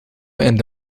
and